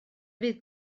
fydd